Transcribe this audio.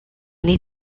need